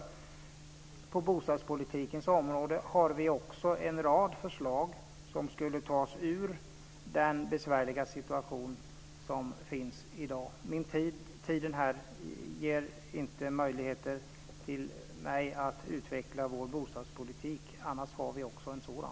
På bostadspolitikens område har vi också en rad förslag som skulle ta oss ur den besvärliga situation som finns i dag. Tiden ger mig inte möjlighet att utveckla vår bostadspolitik - annars har vi också en sådan.